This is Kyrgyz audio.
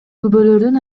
күбөлөрдүн